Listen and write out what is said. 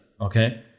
okay